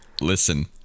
Listen